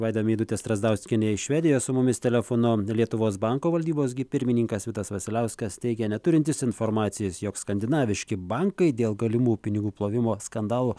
vaida meidutė strazdauskienė iš švedijos su mumis telefonu lietuvos banko valdybos pirmininkas vitas vasiliauskas teigia neturintis informacijos jog skandinaviški bankai dėl galimų pinigų plovimo skandalų